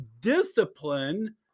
discipline